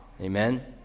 Amen